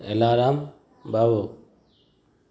alarm બાવો